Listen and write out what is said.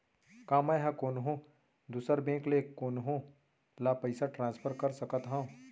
का मै हा कोनहो दुसर बैंक ले कोनहो ला पईसा ट्रांसफर कर सकत हव?